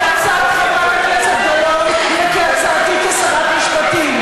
כהצעת חברת הכנסת גלאון וכהצעתי כשרת משפטים.